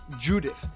Judith